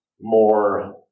more